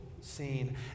scene